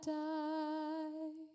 die